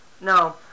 No